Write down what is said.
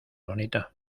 bonita